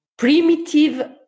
Primitive